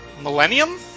Millennium